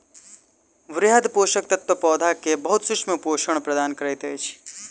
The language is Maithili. वृहद पोषक तत्व पौधा के बहुत सूक्ष्म पोषण प्रदान करैत अछि